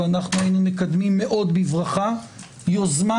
ואנחנו היינו מקדמים מאוד בברכה יוזמה